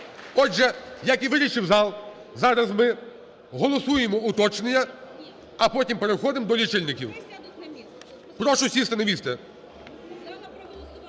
Отже, як і вирішив зал, зараз ми голосуємо уточнення, а потім переходимо до лічильників. Прошу сісти на місце.